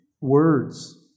words